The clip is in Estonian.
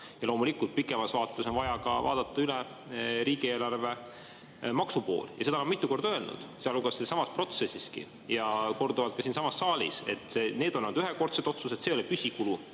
loomulikult pikemas vaates on vaja vaadata üle riigieelarve maksupool. Ja seda ma olen mitu korda öelnud, sealhulgas sellessamas protsessiski ja korduvalt ka siinsamas saalis, et need on olnud ühekordsed otsused. See ei ole püsikulu